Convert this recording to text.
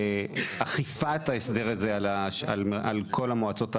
אכיפת ההסדר הזה על כל המועצות האזוריות,